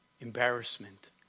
embarrassment